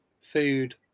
food